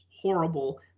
horrible